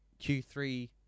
Q3